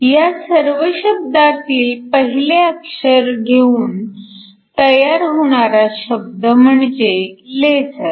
ह्या सर्व शब्दांतील पहिले अक्षर घेऊन तयार होणार शब्द म्हणजे लेझर